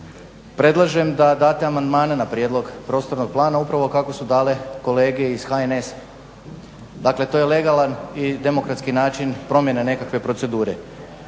Predlažem da date amandmane na prijedlog prostornog plana upravo kako su dale kolege iz HNS-a. dakle to je legalan i demokratski način promjene nekakve procedure.